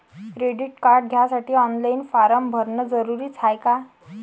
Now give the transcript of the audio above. Credit card घ्यासाठी online form भरन जरुरीच हाय का?